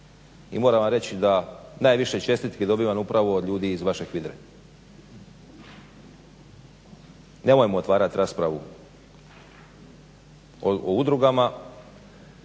I moram vam reći da najviše čestitki dobivam upravo od ljudi iz vaše HVIDRA-e. Nemojmo otvarati raspravu o udrugama.